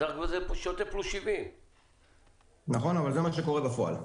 אז זה שוטף פלוס 70. נכון, אבל זה מה שקורה בפועל.